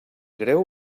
greu